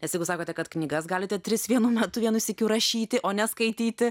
nes jeigu sakote kad knygas galite tris vienu metu vienu sykiu rašyti o ne skaityti